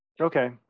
Okay